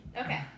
Okay